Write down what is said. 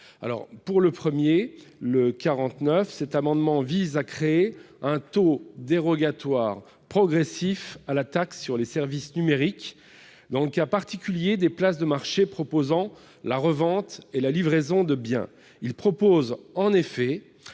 donc pour objet de créer un taux dérogatoire progressif à la taxe sur les services numériques, dans le cas particulier des places de marché proposant la revente et la livraison de biens.